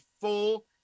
full